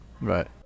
Right